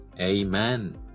Amen